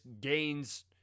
gains